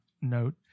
note